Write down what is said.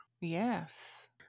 Yes